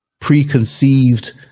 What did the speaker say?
preconceived